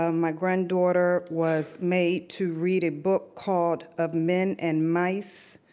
um my granddaughter was made to read a book called of men and mice.